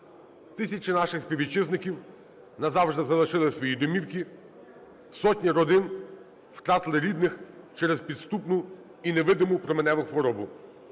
Тисячі наших співвітчизників назавжди залишили свої домівки, сотні родин втратили рідних через підступну і невидиму променеву хворобу.